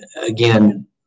again